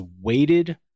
weighted